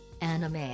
anime